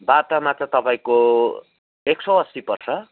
बाटा माछा तपाईँको एक सय अस्सी पर्छ